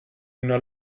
una